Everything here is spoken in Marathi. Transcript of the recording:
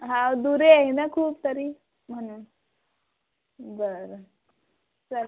हा दूर आहे ना खूप तरी म्हणून बरं चला